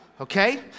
okay